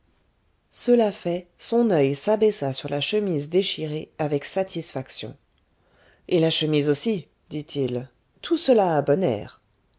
cela fait son oeil s'abaissa sur la chemise déchirée avec satisfaction et la chemise aussi dit-il tout cela a bon air